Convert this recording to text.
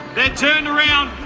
they're turned around.